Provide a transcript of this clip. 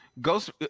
Ghost